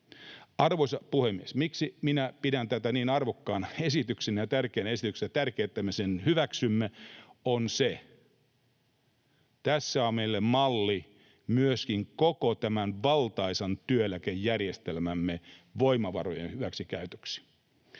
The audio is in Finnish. Arvoisa puhemies! Miksi minä pidän tätä niin arvokkaana ja tärkeänä esityksenä — ja tärkeänä sitä, että me sen hyväksymme? Tässä on meille malli myöskin koko tämän valtaisan työeläkejärjestelmämme voimavarojen hyväksikäytöksi.